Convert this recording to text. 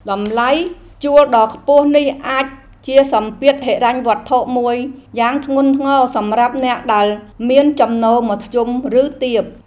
តម្លៃជួលដ៏ខ្ពស់នេះអាចជាសម្ពាធហិរញ្ញវត្ថុមួយយ៉ាងធ្ងន់ធ្ងរសម្រាប់អ្នកដែលមានចំណូលមធ្យមឬទាប។